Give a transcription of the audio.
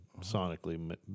sonically